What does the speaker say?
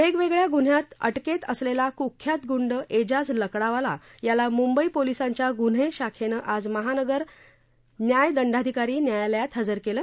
वेगवेगळ्या ग्रन्ह्यांत अटकेत असलेला कृख्यात गंड एजाज लकडावाला याला मुंबई पोलीसांच्या गुन्हे शाखेनं आज महानगर न्यायदंडाधिकारी न्यायालयात हजर केलं